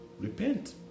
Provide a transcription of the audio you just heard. repent